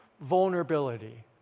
vulnerability